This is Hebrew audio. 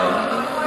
לא,